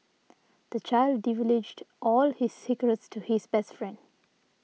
the child divulged all his secrets to his best friend